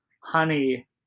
honey